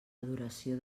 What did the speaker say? adoració